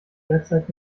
derzeit